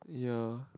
ya